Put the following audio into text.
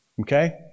Okay